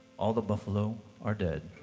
all the buffalo are dead